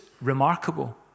remarkable